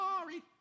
sorry